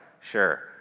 sure